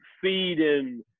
feeding